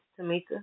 Tamika